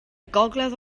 gogledd